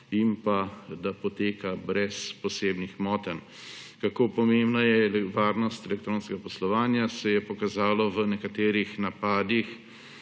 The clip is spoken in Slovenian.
in da poteka brez posebnih motenj. Kako pomembna je varnost elektronskega poslovanja, se je pokazalo v nekaterih napadih